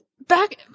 Back